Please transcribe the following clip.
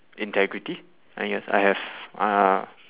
integrity and yes I have uh